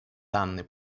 данный